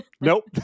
nope